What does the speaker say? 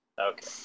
Okay